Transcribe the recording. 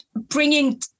bringing